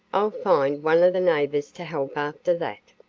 i'll find one of the neighbors to help after that.